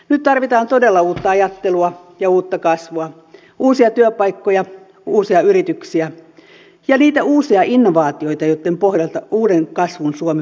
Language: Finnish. nyt tarvitaan todella uutta ajattelua ja uutta kasvua uusia työpaikkoja uusia yrityksiä ja niitä uusia innovaatioita joitten pohjalta uuden kasvun suomi voidaan rakentaa